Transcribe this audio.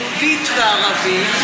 יהודית וערבית,